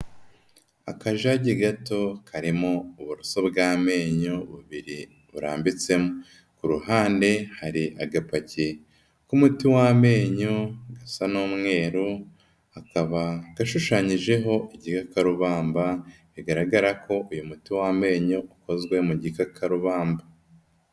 Akajagi gato karimo uburoso bw'amenyo bubiri burambitsemo, ku ruhande hari agapaki k'umuti w'amenyo gasa n'umweru, kakaba gashushanyijeho igikakarubamba bigaragara ko uyu muti w'amenyo ukozwe mu gikakarubamba.